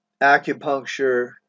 acupuncture